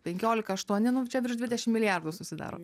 penkiolika aštuoni nu čia virš dvidešimt milijardų susidaro